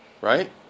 right